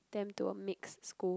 them to a mixed school